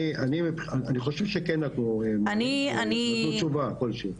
אני חושב שכן נתנו תשובה כל שהיא.